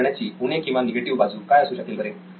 असे करण्याची उणे किंवा निगेटिव्ह बाजू काय असू शकेल बरे